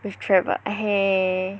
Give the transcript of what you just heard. with Trevor but eh !hey!